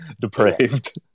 depraved